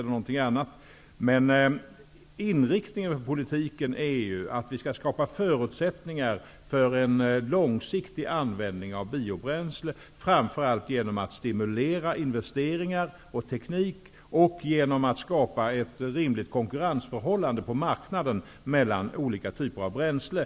Men inriktningen på politiken är att vi skall skapa förutsättningar för en långsiktig användning av biobränslen, framför allt genom att stimulera investeringar i teknik och genom att skapa ett rimligt konkurrensförhållande på marknaden mellan olika typer av bränslen.